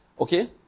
okay